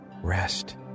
rest